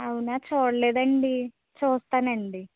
అవునా చూడలేదండి చూస్తానండి